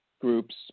groups